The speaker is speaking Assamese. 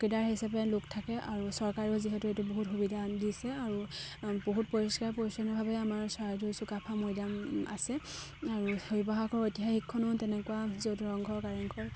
চকীদাৰ হিচাপে লোক থাকে আৰু চৰকাৰেও যিহেতু এইটো বহুত সুবিধা দিছে আৰু বহুত পৰিষ্কাৰ পৰিচ্ছন্নভাৱে আমাৰ চৰাইদেও চুকাফা মৈদাম আছে আৰু শিৱসাগৰ ঐতিহাসিকখনো তেনেকুৱা য'ত ৰংঘৰ কাৰেংঘৰ